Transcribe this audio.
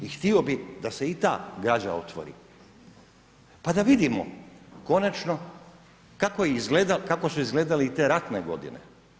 I htio bi da se i ta građa otvori, pa da vidimo, konačno kako su izgledale i te ratne godine.